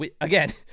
again